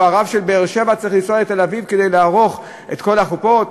או הרב של באר-שבע צריך לנסוע לתל-אביב כדי לערוך את כל החופות?